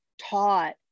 taught